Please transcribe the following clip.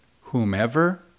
whomever